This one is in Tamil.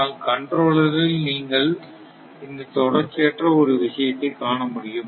ஆனால் கண்ட்ரோலர் இல் நீங்கள் இந்த தொடர்ச்சியற்ற ஒரு விஷயத்தை காணமுடியும்